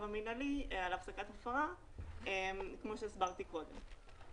המינהלי על הפסקת הפרה כמו שהסברתי קודם.